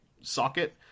socket